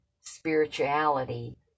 spirituality